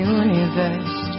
universe